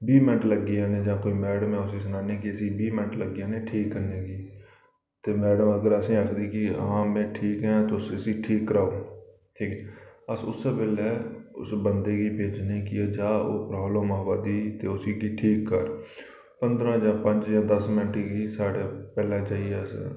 बीह् मैंट्ट लग्गी जाने जां कोई मैडम ऐ उसी सनाने कि इसी बीह् मैंट्ट लग्गी जाने ठीक करने गी ते मैडम अगर असेंगी आखदी कि हां में ठीक आं तुस इसी ठीक कराओ ठीक ऐ अस उस्सै बेल्लै उस बंदे गी भेजने कि जा ओह् प्राब्लम आवा दी ते उसगी ठीक कर पंदरां जां पंज जां दस मैंट्ट गी साढ़ै पैहलें जाइयै अस